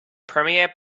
premiere